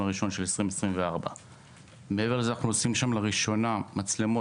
הראשון של 2024. מעבר לזה אנחנו נשים שם לראשונה מצלמות